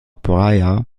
breyer